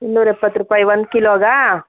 ಇನ್ನೂರ ಎಪ್ಪತ್ತು ರೂಪಾಯಿ ಒಂದು ಕಿಲೋಗಾ